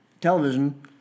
television